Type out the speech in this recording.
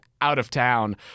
out-of-town